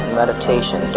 meditation